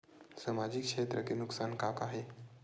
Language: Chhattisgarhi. सामाजिक क्षेत्र के नुकसान का का हे?